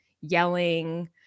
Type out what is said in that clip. yelling